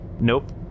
Nope